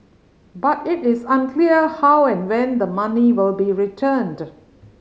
but it is unclear how and when the money will be returned